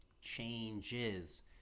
changes